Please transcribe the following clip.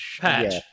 Patch